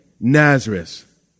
Nazareth